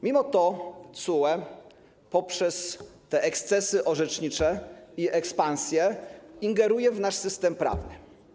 Mimo to TSUE poprzez te ekscesy orzecznicze i ekspansję ingeruje w nasz system prawny.